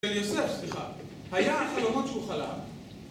יוסף, סליחה, היה החלומות שהוא חלם